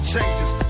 changes